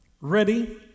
Ready